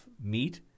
meat